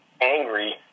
angry